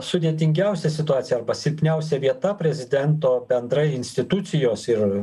sudėtingiausia situacija arba silpniausia vieta prezidento bendrai institucijos ir